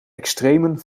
extremen